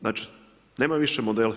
Znači nema više modela.